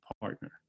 partner